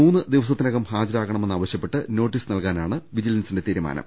മൂന്ന് ദിവസത്തിനകം ഹാജരാകണമെന്ന് ആവശ്യപ്പെട്ട് നോട്ടീസ് നൽകാനാണ് വിജില്ൻസിന്റെ തീരുമാനം